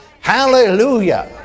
Hallelujah